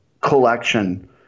collection